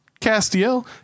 Castiel